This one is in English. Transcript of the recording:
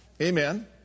Amen